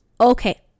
Okay